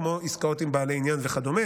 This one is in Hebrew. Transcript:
כמו עסקאות עם בעלי עניין וכדומה.